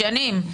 שנים.